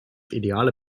ideale